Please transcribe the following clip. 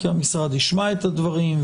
כי המשרד ישמע את הדברים,